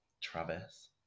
Travis